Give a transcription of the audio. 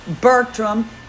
Bertram